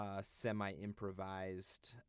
semi-improvised